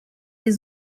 des